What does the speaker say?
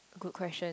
good question